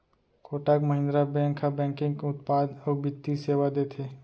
Kotak Mahindra bank ह banking उत्पाद अउ बित्तीय सेवा देथे